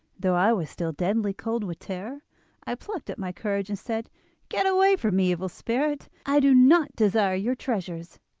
though i was still deadly cold with terror i plucked up my courage and said get away from me, evil spirit i do not desire your treasures.